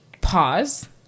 pause